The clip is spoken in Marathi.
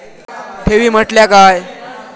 ठेवी म्हटल्या काय?